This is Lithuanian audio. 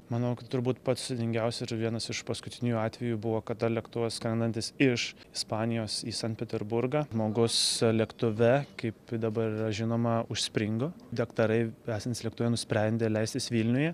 manau kad turbūt pats sudėtingiausia ir vienas iš paskutiniųjų atvejų buvo kada lėktuvas skrendantis iš ispanijos į sankt peterburgą žmogus lėktuve kaip dabar yra žinoma užspringo daktarai esantys lėktuve nusprendė leistis vilniuje